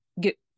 get